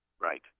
Right